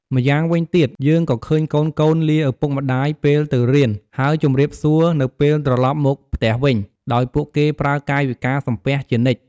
ម្យ៉ាងវិញទៀត យើងក៏ឃើញកូនៗលាឪពុកម្ដាយពេលទៅរៀន ហើយជំរាបសួរនៅពេលត្រឡប់មកផ្ទះវិញ ដោយពួកគេប្រើកាយវិការសំពះជានិច្ច។